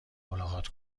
ملاقات